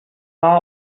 war